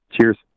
Cheers